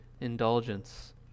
indulgence